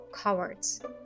cowards